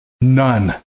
None